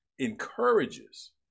encourages